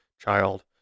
child